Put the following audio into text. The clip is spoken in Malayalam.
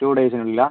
ടൂ ഡേയ്സിനുള്ളിലാണ്